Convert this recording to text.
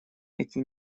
эти